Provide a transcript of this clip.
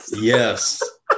Yes